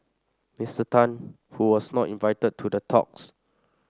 Mister Tan who was not invited to the talks